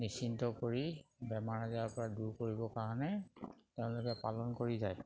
নিশ্চিন্ত কৰি বেমাৰ আজাৰৰ পৰা দূৰ কৰিবৰ কাৰণে তেওঁলোকে পালন কৰি যায়